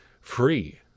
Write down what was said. free